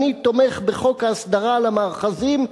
אני תומך בחוק ההסדרה על המאחזים,